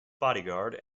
bodyguard